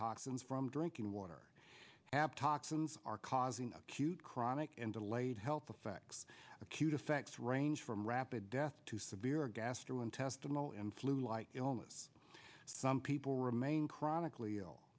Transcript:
toxins from drinking water ab toxins are causing acute chronic and delayed health effects acute effects range from rapid death to severe gastrointestinal and flu like illness some people remain chronically ill